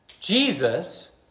Jesus